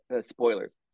spoilers